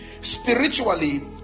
spiritually